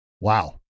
wow